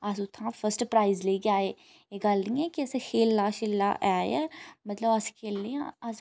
अस उ'त्थां first prize लेइयै आये एह् गल्ल निं ऐ की असें खे'ल्ला शे'ल्ला ऐ मतलब अस खे'ल्लने आं